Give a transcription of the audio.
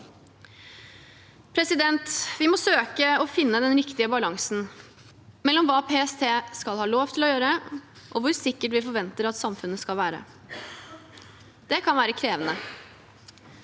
Vi må søke å finne den riktige balansen mellom hva PST skal ha lov til å gjøre, og hvor sikkert vi forventer at samfunnet skal være. Det kan være krevende.